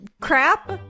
Crap